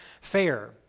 fair